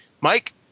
Mike